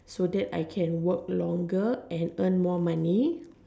so that I can work longer and earn more money